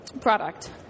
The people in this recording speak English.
product